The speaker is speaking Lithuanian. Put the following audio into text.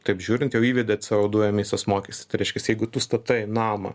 taip žiūrint jau įvedė c o du emisijos mokestį tai reiškias jeigu tu statai namą